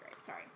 sorry